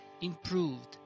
improved